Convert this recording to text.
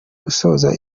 gusoza